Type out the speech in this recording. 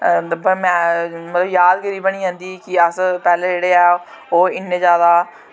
मतलब याद गिरी बनी जंदी कि अस पैह्लें जेह्ड़े ऐ ओह् इन्ने जैदा